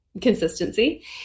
consistency